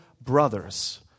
brothers